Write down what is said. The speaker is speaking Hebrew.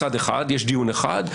מצד אחד יש דיון אחד,